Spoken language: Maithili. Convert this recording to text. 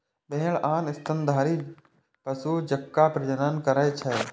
भेड़ आन स्तनधारी पशु जकां प्रजनन करै छै